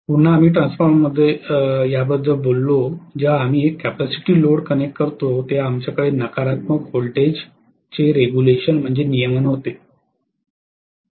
पुन्हा आम्ही ट्रान्सफॉर्मरमध्ये याबद्दल बोललो जेव्हा आम्ही एक कॅपेसिटीव्ह लोड कनेक्ट करतो तेव्हा आमच्याकडे नकारात्मक व्होल्टेज नियमन होते